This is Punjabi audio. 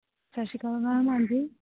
ਸਤਿ ਸ੍ਰੀ ਅਕਾਲ ਮੈਮ ਹਾਂਜੀ